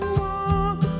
walk